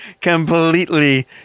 completely